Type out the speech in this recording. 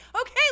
Okay